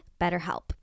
BetterHelp